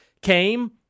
came